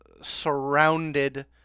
surrounded